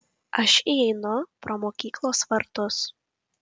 aš įeinu pro mokyklos vartus